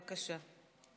בבקשה.